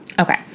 okay